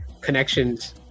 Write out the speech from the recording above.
connections